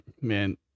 Man